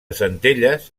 centelles